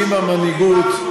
אם המנהיגות,